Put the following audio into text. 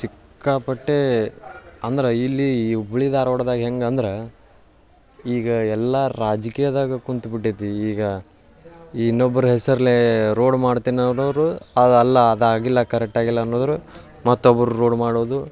ಸಿಕ್ಕಾಪಟ್ಟೆ ಅಂದ್ರೆ ಇಲ್ಲಿ ಹುಬ್ಬಳ್ಳಿ ಧಾರ್ವಾಡ್ದಾಗ ಹೆಂಗಂದ್ರೆ ಈಗ ಎಲ್ಲ ರಾಜಕೀಯದಾಗೆ ಕುಳ್ತಿಟ್ಟೈತಿ ಈಗ ಇನ್ನೊಬ್ರ ಹೆಸ್ರಲ್ಲೇ ರೋಡ್ ಮಾಡ್ತೇನೆ ಅನ್ನೋರು ಅದಲ್ಲ ಅದಾಗಿಲ್ಲ ಕರೆಕ್ಟಾಗಿಲ್ಲ ಅನ್ನೋರು ಮತ್ತೊಬ್ಬರು ರೋಡ್ ಮಾಡೋದು